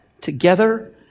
together